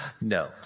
no